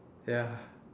ya